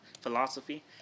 philosophy